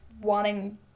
wanting